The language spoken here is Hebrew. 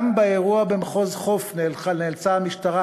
גם באירוע במחוז חוף נאלצה המשטרה,